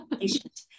patient